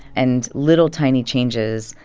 and little tiny changes,